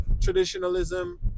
traditionalism